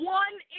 one